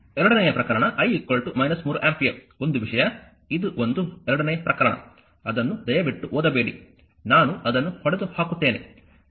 ಎರಡನೆಯ ಪ್ರಕರಣ I 3 ampere ಒಂದು ವಿಷಯ ಇದು ಒಂದು ಎರಡನೇ ಪ್ರಕರಣ ಅದನ್ನು ದಯವಿಟ್ಟು ಓದಬೇಡಿ ನಾನು ಅದನ್ನು ಹೊಡೆದು ಹಾಕುತ್ತೇನೆ